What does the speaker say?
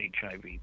HIV